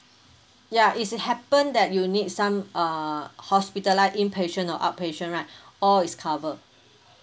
ya if it happen that you need some err hospitalised inpatient or outpatient right all is cover